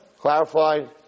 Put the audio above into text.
Clarified